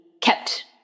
kept